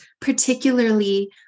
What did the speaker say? particularly